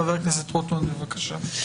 חבר הכנסת שמחה רוטמן, בבקשה.